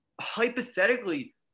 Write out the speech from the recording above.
hypothetically